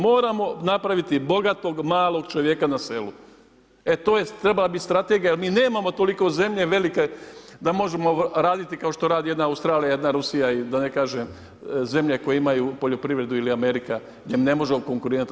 Moramo napraviti bogatog malog čovjeka na selu, e to trebala bi strategija jer mi nemamo toliko zemlje velike da možemo raditi kao što radi jedna Australija, jedna Rusija i da ne kažem zemlje koje imaju poljoprivredu ili Amerika gdje ne možemo konkurirati.